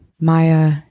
Maya